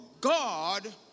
God